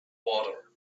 water